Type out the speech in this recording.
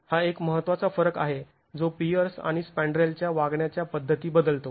हा एक महत्त्वाचा फरक आहे जो पिअर्स आणि स्पँड्रेलच्या वागण्याच्या पद्धती बदलतो